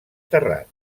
terrat